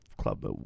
club